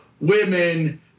women